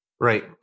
Right